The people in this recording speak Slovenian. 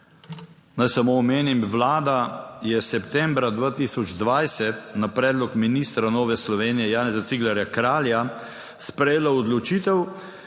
Naj samo omenim, Vlada je septembra 2020 na predlog ministra Nove Slovenije, Janeza Ciglerja Kralja sprejela odločitev,